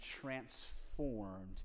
transformed